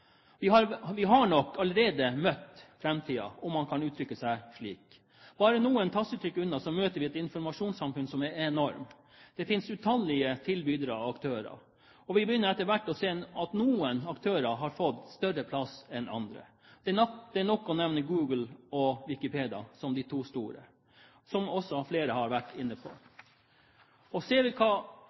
Vi har nok allerede møtt «framtiden», om man kan uttrykke seg slik. Bare noen tastetrykk unna møter vi et informasjonssamfunn som er enormt. Det finnes utallige tilbydere og aktører, og vi begynner etter hvert å se at noen aktører har fått større plass enn andre. Det er nok å nevne Google og Wikipedia som de to store, som også flere har vært inne på. Ser vi hva